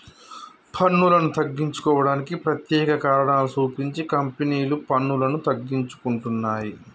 పన్నులను తగ్గించుకోవడానికి ప్రత్యేక కారణాలు సూపించి కంపెనీలు పన్నులను తగ్గించుకుంటున్నయ్